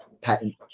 patent